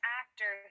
actor